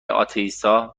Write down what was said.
آتئیستا